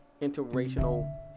interracial